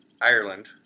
Ireland